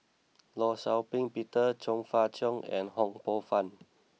Law Shau Ping Peter Chong Fah Cheong and Ho Poh Fun